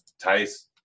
Tice